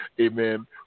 Amen